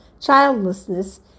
childlessness